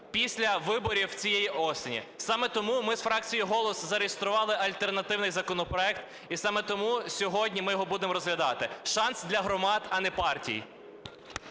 після виборів цієї осені. Саме тому ми фракцією "Голос" зареєстрували альтернативний законопроект, і саме тому сьогодні ми його будемо розглядати: шанс для громад, а не партій.